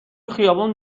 خیابون